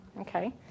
Okay